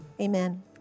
Amen